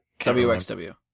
WXW